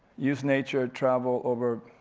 use nature, travel, over